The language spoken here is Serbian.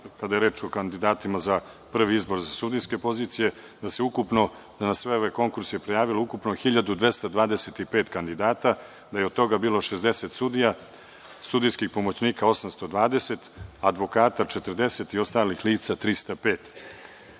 kada je reč o kandidatima za prvi izbor za sudijske pozicije, da se ukupno na sve ove konkurse prijavilo ukupno 1.225 kandidata, da je od toga bilo 60 sudija, sudijskih pomoćnika 820, advokata 40 i ostalih lica 305.